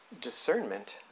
discernment